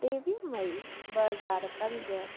टेवीह मई ॿ हज़ार पंज